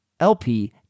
lp